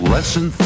Lesson